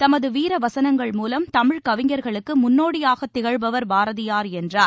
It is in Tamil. தமதுவீரவசனங்கள் மூலம் தமிழ்க் கவிஞர்களுக்குமுன்னோடியாகத் திகழ்பவர் பாரதியார் என்றார்